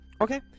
Okay